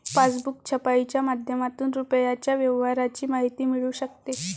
passbook छपाईच्या माध्यमातून रुपयाच्या व्यवहाराची माहिती मिळू शकते